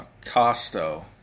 Costo